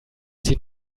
sie